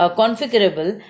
configurable